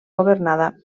governada